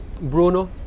Bruno